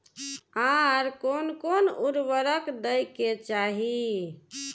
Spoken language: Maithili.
आर कोन कोन उर्वरक दै के चाही?